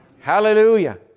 Hallelujah